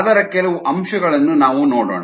ಅದರ ಕೆಲವು ಅಂಶಗಳನ್ನು ನಾವು ನೋಡೋಣ